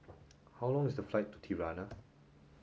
how long is the flight to Tirana